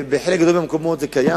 בחלק גדול מהמקומות זה קיים.